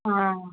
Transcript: ಹಾಂ